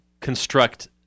construct